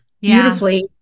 beautifully